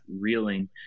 reeling